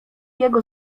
jego